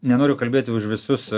nenoriu kalbėti už visus